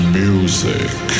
music